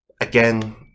again